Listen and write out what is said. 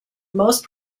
most